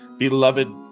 Beloved